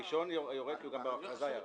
הראשון יורד כי גם בהכרזה הוא ירד.